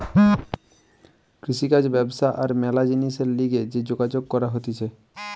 কৃষিকাজ ব্যবসা আর ম্যালা জিনিসের লিগে যে যোগাযোগ করা হতিছে